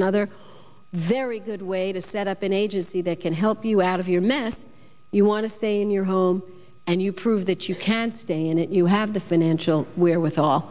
another very good way to set up an agency that can help you out of your mess you want to stay in your home and you prove that you can stay in it you have the financial wherewithal